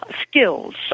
skills